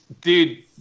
dude